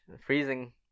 Freezing